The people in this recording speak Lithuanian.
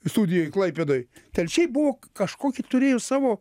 studijoj klaipėdoj telšiai buvo kažkokį turėjo savo